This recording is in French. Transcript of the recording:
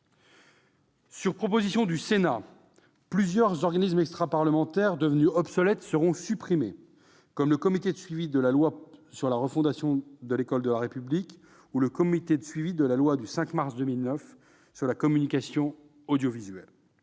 Sur proposition du Sénat, plusieurs organismes extraparlementaires devenus obsolètes seront supprimés, comme le comité de suivi de la loi d'orientation et de programmation pour la refondation de l'école de la République ou le comité de suivi de la loi du 5 mars 2009 relative à la communication audiovisuelle.